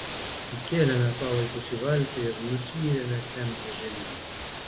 įkėlėme palaikus į valtį ir nusiyrėme temze žemyn